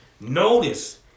Notice